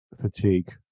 Fatigue